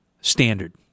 Standard